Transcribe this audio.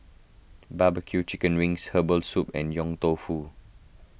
Barbecue Chicken Wings Herbal Soup and Yong Tau Foo